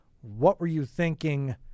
what-were-you-thinking